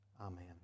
Amen